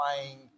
playing